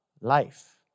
life